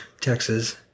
texas